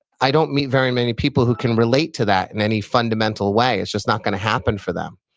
i don't meet very many people who can relate to that in any fundamental way. it's just not going to happen for them,